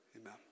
Amen